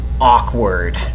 awkward